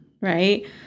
right